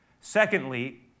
Secondly